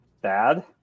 bad